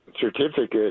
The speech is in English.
certificate